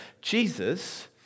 Jesus